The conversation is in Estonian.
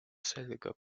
sellega